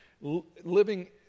living